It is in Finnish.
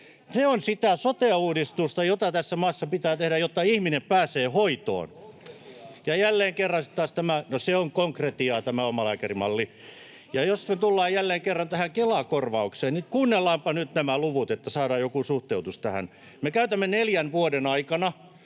Se on sitä sote-uudistusta, jota tässä maassa pitää tehdä, jotta ihminen pääsee hoitoon. [Sosiaalidemokraattien ryhmästä: Konkretiaa!] — No, tämä omalääkärimalli on konkretiaa. Ja jos me tullaan jälleen kerran tähän Kela-korvaukseen, niin kuunnellaanpa nyt nämä luvut, niin että saadaan joku suhteutus tähän: Me käytämme neljän vuoden aikana